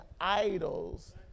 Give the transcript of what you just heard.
idols